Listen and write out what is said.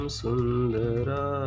sundara